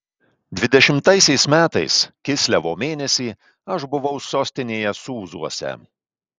dvidešimtaisiais metais kislevo mėnesį aš buvau sostinėje sūzuose